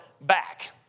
back